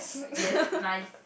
yes nice